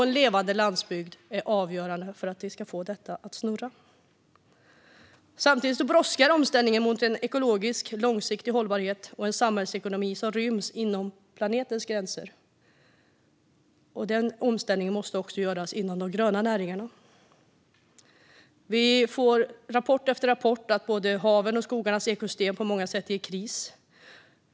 En levande landsbygd är i sin tur avgörande för att vi ska få detta att snurra. Samtidigt brådskar omställningen till en ekologiskt långsiktig hållbarhet och en samhällsekonomi som ryms inom planetens gränser, och den omställningen måste göras även inom de gröna näringarna. Vi får rapport efter rapport om att havens och skogarnas ekosystem på många sätt är i kris.